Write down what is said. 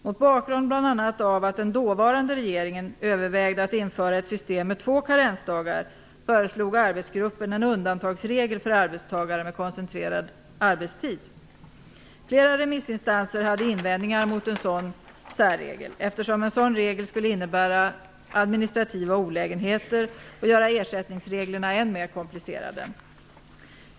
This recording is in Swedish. Mot bakgrund av bl.a. att den dåvarande regeringen övervägde införande av ett system med två karensdagar föreslog arbetsgruppen en undantagsregel för arbetstagare med koncentrerad arbetstid. Flera remissinstanser hade invändningar mot en sådan särregel, eftersom en sådan regel skulle innebära administrativa olägenheter och göra ersättningsreglerna än mer komplicerade.